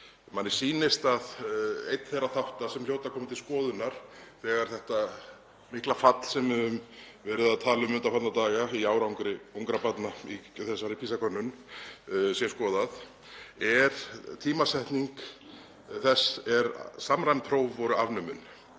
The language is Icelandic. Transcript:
Manni sýnist að einn þeirra þátta sem hljóta að koma til skoðunar við þetta mikla fall sem við höfum verið að tala um undanfarna daga í árangri ungra barna í þessari PISA-könnun, sé tímasetning þess er samræmd próf voru afnumin.